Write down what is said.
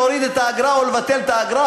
להוריד את האגרה או לבטל את האגרה,